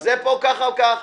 בזה כך וכך".